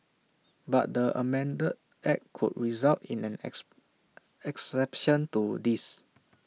but the amended act could result in an exception to this